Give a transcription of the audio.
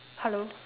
hello